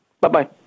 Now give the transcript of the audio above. Bye-bye